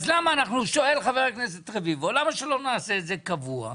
שואל חבר הכנסת רביבו, למה שלא נעשה את זה קבוע?